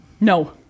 No